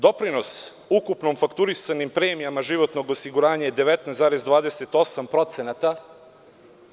Doprinos ukupno fakturisanim premijama životnog osiguranja je 19,28%